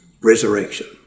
resurrection